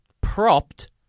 propped